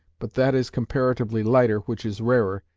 but that is comparatively lighter which is rarer,